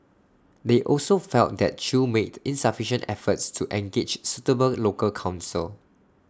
they also felt that chew made insufficient efforts to engage suitable local counsel